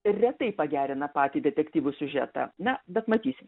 retai pagerina patį detektyvų siužetą na bet matysim